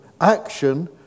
action